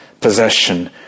possession